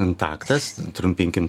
kontaktas trumpinkim